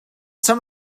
some